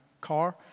car